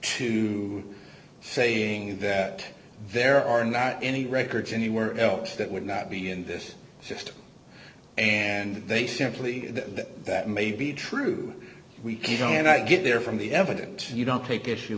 to saying that there are not any records anywhere else that would not be in this system and they simply that that may be true we can go and i get there from the evidence you don't take issue